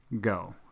go